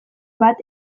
bat